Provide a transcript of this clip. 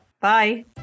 bye